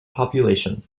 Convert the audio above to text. population